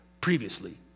previously